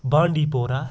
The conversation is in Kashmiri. بانڈی پورہ